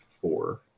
four